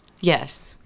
Yes